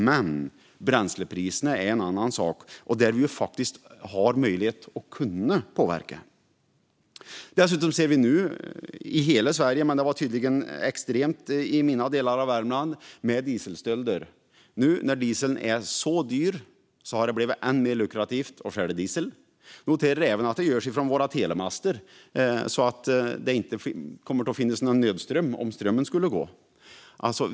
Men bränslepriserna är en annan sak, där vi faktiskt har möjlighet att påverka. Vi ser nu i hela Sverige ökade dieselstölder, även om det tydligen är extremt i mina delar av Värmland. Nu när dieseln är så dyr har det blivit än mer lukrativt att stjäla diesel. Jag noterar att det även görs från våra telemaster, så att det inte kommer att finnas någon nödström om strömmen skulle gå.